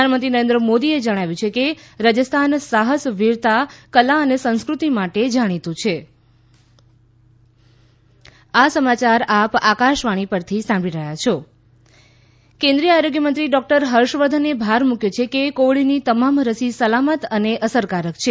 પ્રધાનમંત્રી નરેન્દ્ર મોદીએ જણાવ્યું છે કે રાજસ્થાન સાહસ વીરતા કલા અને સંસ્કૃતિ માટે જાણીતું છે હર્ષવર્ધન કોવીડ ડોઝ કેન્દ્રીય આરોગ્યમંત્રી ડોકટર હર્ષ વર્ધને ભાર મૂક્યો છે કે કોવિડની તમામ રસી સલામત અને અસરકારક છે